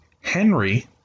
Henry